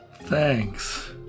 thanks